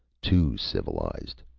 too civilized,